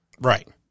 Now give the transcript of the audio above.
right